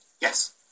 Yes